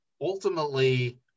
ultimately